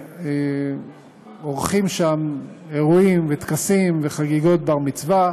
ועורכים אירועים וטקסים וחגיגות בר-מצווה.